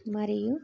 మరియు